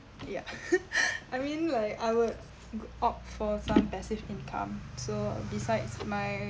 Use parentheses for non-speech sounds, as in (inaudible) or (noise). ya (laughs) I mean like I would opt for some passive income so besides my